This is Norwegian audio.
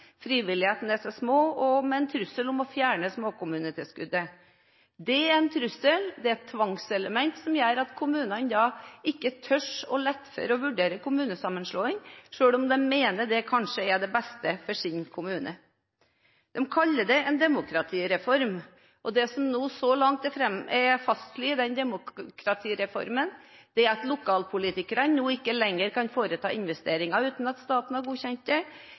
frivilligheten til de kommunene som er så små – og med en trussel om å fjerne småkommunetilskuddet. Det er en trussel. Det er et tvangselement som gjør at kommunene da ikke tør å la være å vurdere kommunesammenslåing, selv om de mener det kanskje ikke er det beste for sin kommune. De kaller det en demokratireform, og det som så langt er fastlagt i den demokratireformen, er at lokalpolitikerne nå ikke lenger kan foreta investeringer uten at staten har godkjent det,